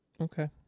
Okay